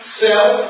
self